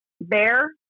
bear